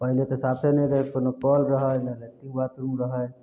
पहिले तऽ साफे नहि रहय कोनो कल रहै ने लेट्रिन बाथरूम रहै